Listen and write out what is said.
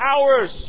hours